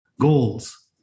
goals